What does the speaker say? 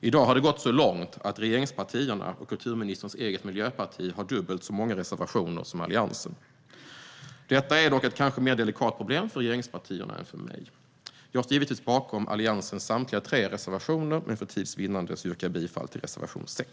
I dag har det gått så långt att regeringspartierna, inklusive kulturministerns eget parti, har dubbelt så många reservationer som Alliansen. Detta är dock ett delikat problem mer för regeringspartierna än för mig. Jag står givetvis bakom Alliansens samtliga tre reservationer, men för tids vinnande yrkar jag bifall endast till reservation 6.